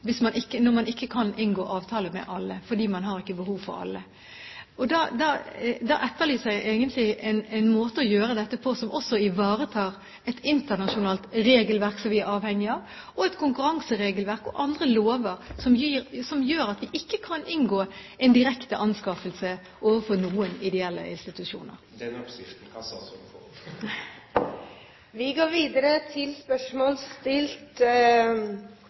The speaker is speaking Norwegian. kan inngå avtale med alle, for man har ikke behov for alle. Da etterlyser jeg egentlig en måte å gjøre dette på som også ivaretar et internasjonalt regelverk som vi er avhengig av, og et konkurranseregelverk og andre lover, som gjør at man ikke kan foreta direkteanskaffelse når det gjelder ideelle institusjoner. Den oppskriften kan statsråden få. Dette spørsmålet, fra representanten Filip Rygg til helse- og omsorgsministeren, vil bli tatt opp av representanten Laila Dåvøy. Jeg har gleden av å stille følgende spørsmål: